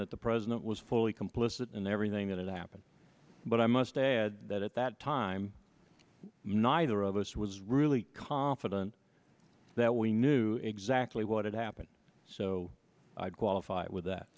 that the president was fully complicit in everything that happened but i must add that at that time neither of us was really confident that we knew exactly what had happened so i qualify it with that